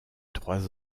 trois